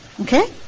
Okay